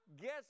guess